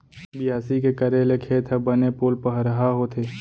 बियासी के करे ले खेत ह बने पोलपरहा होथे